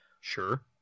Sure